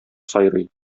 сайрый